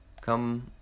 Come